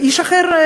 ואיש אחר,